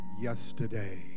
yesterday